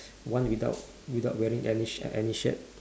one without without wearing any shirt any shirt